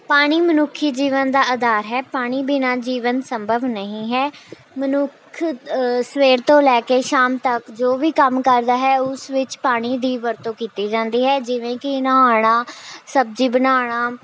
ਪਾਣੀ ਮਨੁੱਖੀ ਜੀਵਨ ਦਾ ਆਧਾਰ ਹੈ ਪਾਣੀ ਬਿਨਾਂ ਜੀਵਨ ਸੰਭਵ ਨਹੀਂ ਹੈ ਮਨੁੱਖ ਸਵੇਰ ਤੋਂ ਲੈ ਕੇ ਸ਼ਾਮ ਤੱਕ ਜੋ ਵੀ ਕੰਮ ਕਰਦਾ ਹੈ ਉਸ ਵਿੱਚ ਪਾਣੀ ਦੀ ਵਰਤੋਂ ਕੀਤੀ ਜਾਂਦੀ ਹੈ ਜਿਵੇਂ ਕਿ ਨਹਾਉਣਾ ਸਬਜ਼ੀ ਬਣਾਉਣਾ